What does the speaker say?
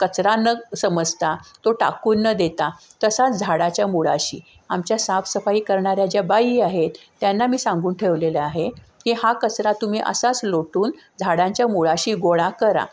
कचरा न समजता तो टाकून न देता तसाच झाडाच्या मुळाशी आमच्या साफसफाई करणाऱ्या ज्या बाई आहेत त्यांना मी सांगून ठेवलेलं आहे की हा कचरा तुम्ही असाच लोटून झाडांच्या मुळाशी गोळा करा